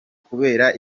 kubera